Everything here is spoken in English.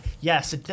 Yes